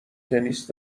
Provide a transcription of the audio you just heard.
تنیس